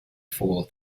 fool